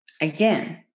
again